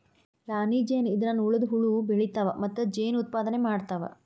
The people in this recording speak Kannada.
ರಾಣಿ ಜೇನ ಇದ್ರನ ಉಳದ ಹುಳು ಬೆಳಿತಾವ ಮತ್ತ ಜೇನ ಉತ್ಪಾದನೆ ಮಾಡ್ತಾವ